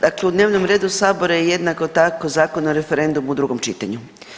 Dakle u dnevnom redu Sabora je jednako tako Zakon o referendumu u drugom čitanju.